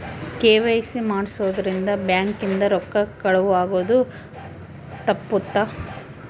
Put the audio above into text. KYC ಮಾಡ್ಸೊದ್ ರಿಂದ bank ಇಂದ ರೊಕ್ಕ ಕಳುವ್ ಆಗೋದು ತಪ್ಪುತ್ತ